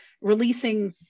releasing